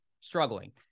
struggling